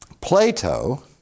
Plato